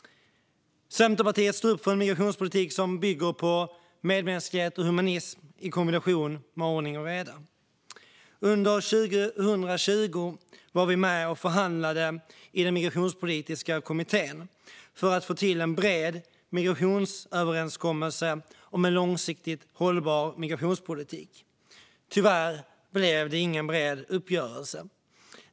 Centerpartiet står upp för en migrationspolitik som bygger på medmänsklighet och humanism i kombination med ordning och reda. Under 2020 var vi med och förhandlade i den migrationspolitiska kommittén för att få till en bred överenskommelse om en långsiktigt hållbar migrationspolitik. Tyvärr blev det ingen bred uppgörelse.